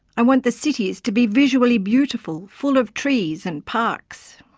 i want the cities to be visually beautiful, full of trees and parks.